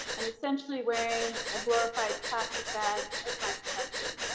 i'm essentially wearing a glorified plastic bag as my protection,